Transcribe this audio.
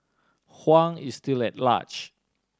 Huang is still at large